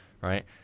right